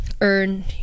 earn